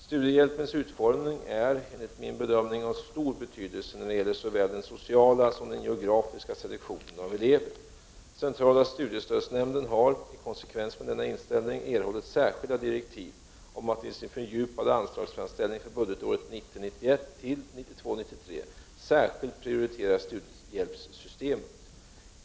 Studiehjälpens utformning är, enligt min bedömning, av stor betydelse när det gäller såväl den sociala som den geografiska selektionen av elever. Centrala studiestödsnämnden har, i konsekvens med denna inställning, erhållit särskilda direktiv om att i sin fördjupade anslagsframställning för budgetåren 1990 93 särskilt prioritera studiehjälpssystemet.